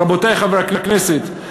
רבותי חברי הכנסת,